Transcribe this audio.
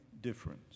difference